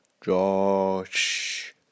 Josh